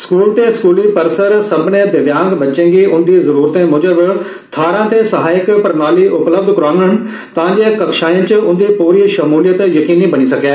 school ते स्कूली परिसर सब्बने दिव्यांग बच्चे गी उदी जरूरते मूजब थाहरा ते सहायक प्रणाली उपलब्ध करोआंगन तां जे कक्षाएं च उंदी पूरी शमूलियत जकीनी बनी सकै